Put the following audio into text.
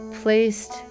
placed